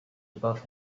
above